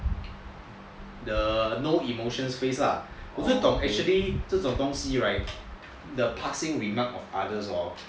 the no emotion face lah 我就懂 actually 这种东西 right the passing remark of others hor